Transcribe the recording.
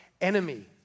enemy